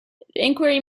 inquiry